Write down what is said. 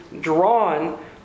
drawn